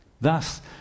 thus